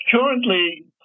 currently